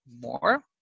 more